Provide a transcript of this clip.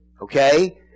Okay